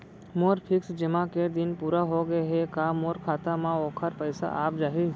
मोर fix जेमा के दिन पूरा होगे हे का मोर खाता म वोखर पइसा आप जाही?